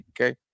Okay